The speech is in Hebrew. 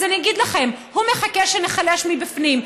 אז אני אגיד לכם: הוא מחכה שניחלש מבפנים,